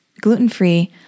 gluten-free